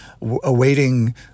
awaiting